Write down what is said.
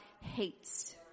hates